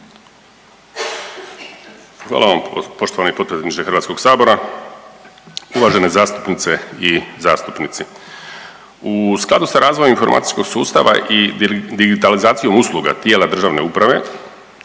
Hvala vam poštovani potpredsjedniče HS, uvažene zastupnice i zastupnici. U skladu sa razvojem informacijskog sustava i digitalizacijom usluga tijela države uprave